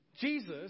Jesus